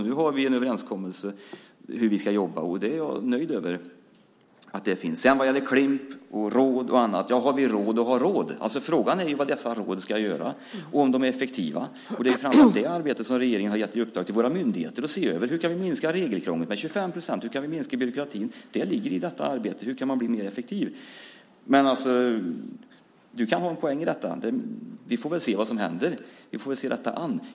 Vi har en överenskommelse om hur vi ska jobba, och jag är nöjd med att den finns. Vad gäller Klimp, råd och annat: Har vi råd att ha råd? Frågan är vad dessa råd ska göra och om de är effektiva. Det är framför allt det arbetet som regeringen har gett i uppdrag till våra myndigheter att se över. Hur kan vi minska regelkrånglet med 25 procent? Hur kan vi minska byråkratin? Det ligger i detta arbete. Hur kan man bli mer effektiv? Men du kan ha en poäng i detta. Vi får se vad som händer. Vi får se detta an.